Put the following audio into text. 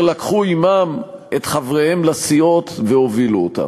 לקחו עמם את חבריהם לסיעות והובילו אותם.